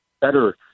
better